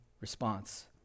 response